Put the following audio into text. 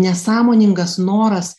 nesąmoningas noras